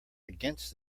against